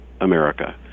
America